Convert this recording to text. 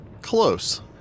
close